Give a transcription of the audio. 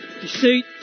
deceit